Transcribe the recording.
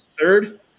Third